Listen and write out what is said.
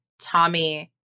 Tommy